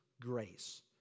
grace